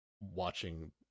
watching